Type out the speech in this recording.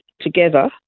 together